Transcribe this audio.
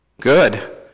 good